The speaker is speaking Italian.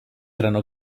erano